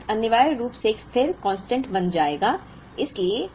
तो यह शब्द अनिवार्य रूप से एक स्थिर कांस्टेंट बन जाएगा